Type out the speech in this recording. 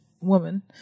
woman